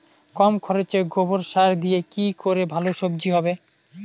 কম খরচে গোবর সার দিয়ে কি করে ভালো সবজি হবে?